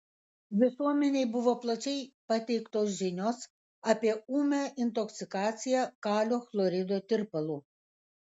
visuomenei buvo plačiai pateiktos žinios apie ūmią intoksikaciją kalio chlorido tirpalu